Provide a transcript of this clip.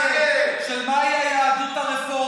השנאה שלך מעבירה אותך על דעתך.